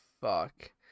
fuck